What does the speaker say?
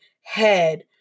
head